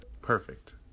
Perfect